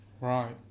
Right